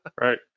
Right